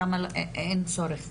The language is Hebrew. שם יש צורך